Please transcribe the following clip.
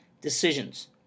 decisions